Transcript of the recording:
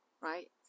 right